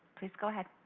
please go ahead.